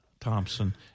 Thompson